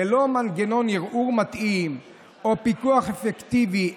ללא מנגנון ערעור מתאים או פיקוח אפקטיבי.